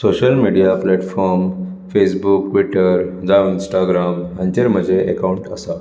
social media platform Facebook Twitter जावं Instagram हांचेर म्हजें एकावंट आसात